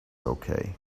okay